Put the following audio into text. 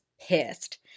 pissed